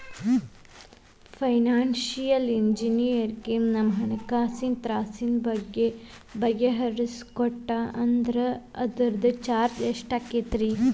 Financial ಇಂಜಿನಿಯರಗ ನಮ್ಹಣ್ಕಾಸಿನ್ ತ್ರಾಸಿನ್ ಬಗ್ಗೆ ಬಗಿಹರಿಸಿಕೊಟ್ಟಾ ಅಂದ್ರ ಅದ್ರ್ದ್ ಫೇಸ್ ಎಷ್ಟಿರ್ತದ?